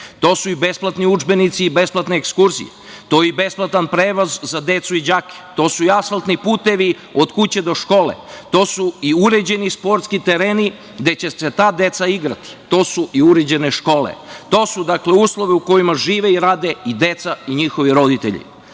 to su i besplatni udžbenici, besplatne ekskurzije, to je i besplatan prevoz za decu i đake, to su asfaltni putevi od kuće do škole, to su uređeni sportski tereni gde će se ta deca igrati, to su i uređene škole. Dakle, to su uslovi u kojima žive i rade i deca i njihovi roditelji.